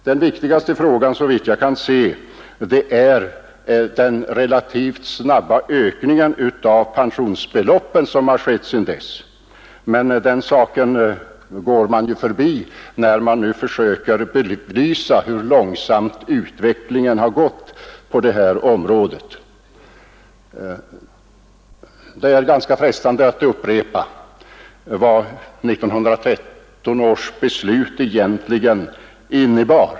Det väsentliga är, såvitt jag kan se, den relativt snabba ökning av pensionsbeloppen som har skett sedan dess. Den saken förbiser man dock när man försöker belysa hur långsamt utvecklingen har gått på detta område. Det är ganska frestande att upprepa vad 1913 års beslut egentligen innebar.